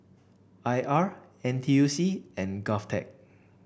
I R N T U C and Govtech